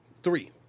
Three